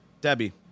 Debbie